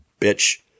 bitch